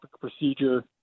procedure